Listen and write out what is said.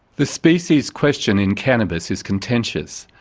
the species question in cannabis is contentious,